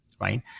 Right